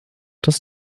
das